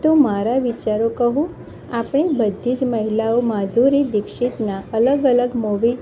તો મારા વિચારો કહું આપણે બધી જ મહિલાઓ માધુરી દીક્ષિતનાં અલગ અલગ મૂવી